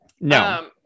No